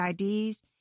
IDs